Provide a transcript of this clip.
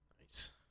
Nice